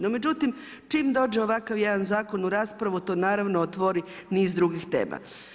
No međutim, čim dođe ovakav jedan zakon u raspravu to naravno otvori niz drugih tema.